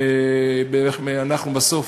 אנחנו בסוף